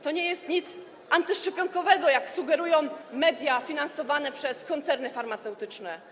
To nie jest nic antyszczepionkowego, jak sugerują media finansowane przez koncerny farmaceutyczne.